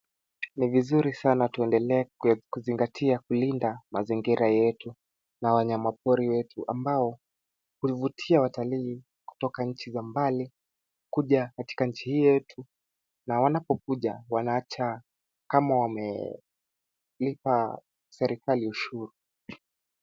Ni vizuri sana tuendelee kuzingatia kulinda mazingira yetu na wanyama pori wetu ambao huvutia watalii kutoka nchi za mbali, kuja katika nchi hii yetu na wanapokuja wanaacha kama wamelipa serikali ushuru.